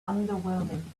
underwhelming